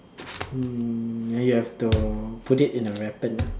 mm you have to put it in the weapon